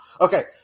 Okay